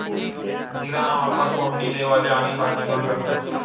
जीराना वापर फोडणी देवाले आणि भाजीमा करतंस